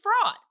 fraud